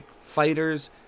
fighters